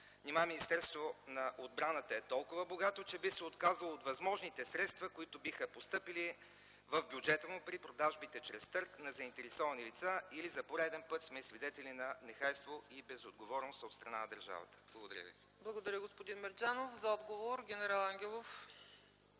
Нима Министерството на отбраната е толкова богато, че би се отказало от възможните средства, които биха постъпили в бюджета му при продажбите чрез търг на заинтересовани лица или за пореден път сме свидетели на нехайство и безотговорност от страна на държавата? Благодаря ви. ПРЕДСЕДАТЕЛ ЦЕЦКА ЦАЧЕВА: Благодаря, господин Мерджанов. За отговор – генерал Ангелов.